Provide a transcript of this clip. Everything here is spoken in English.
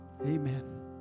Amen